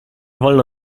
wolno